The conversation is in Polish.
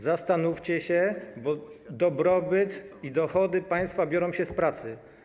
Zastanówcie się, bo dobrobyt i dochody państwa biorą się z pracy.